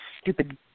stupid